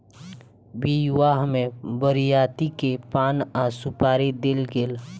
विवाह में बरियाती के पान आ सुपारी देल गेल